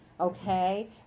okay